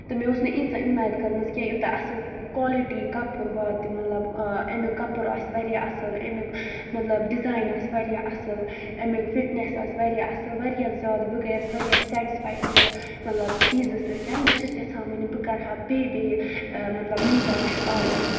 تہٕ مےٚ اوس نہٕ ییٖژاہ وۄمید کٔرمٕژ کینٛہہ یوٗتاہ اَصٕل کالٹی کَپُر واتہِ مطلب اَمیُک کَپُر آسہِ واریاہ اَصٕل اَمیُک مطلب ڈِزاین آسہِ واریاہ اَصٕل اَمیُک فِٹنٮ۪س آسہِ واریاہ اَصٕل واریاہ زیادٕ بہٕ گٔیَس واریاہ سٮ۪ٹٕسفاے یِہٕنٛدِ مطلب چیٖزٕ سۭتۍ بہٕ چھَس یَژھان وٕنہِ بہٕ کَرٕ ہا بیٚیہِ بیٚیہِ مطلب مِنترٛا پٮ۪ٹھ آڈَر